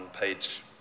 page